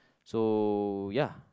so ya